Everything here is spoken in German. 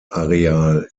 areal